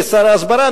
כשר ההסברה,